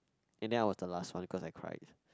and then I was the last one because I cried